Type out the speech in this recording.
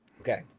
Okay